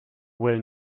will